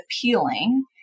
appealing